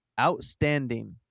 Outstanding